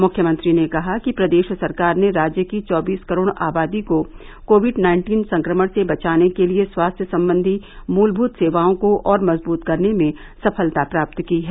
मुख्यमंत्री ने कहा कि प्रदेश सरकार ने राज्य की चौबीस करोड़ आबादी को कोविड नाइन्टीन संक्रमण से बचाने के लिये स्वास्थ्य सम्बन्धी मूलभूत सेवाओं को और मजबूत करने में सफलता प्राप्त की है